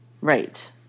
Right